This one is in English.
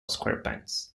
squarepants